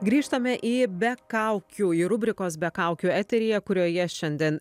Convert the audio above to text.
grįžtame į be kaukių į rubrikos be kaukių eteryje kurioje šiandien